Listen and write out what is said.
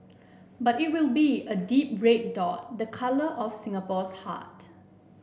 but it will be a deep red dot the colour of Singapore's heart